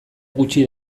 gutxi